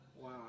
Wow